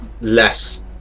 less